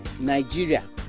Nigeria